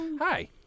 Hi